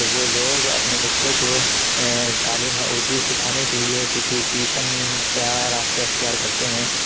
تو وہ لوگ اپنے بچوں کو تعلیم اردو سکھانے کے لیے کسی ٹیوشن کا راستہ اختیار کرتے ہیں